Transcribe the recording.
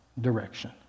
direction